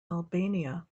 albania